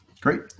Great